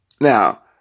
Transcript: Now